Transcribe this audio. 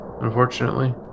unfortunately